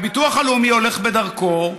הביטוח הלאומי הולך בדרכו,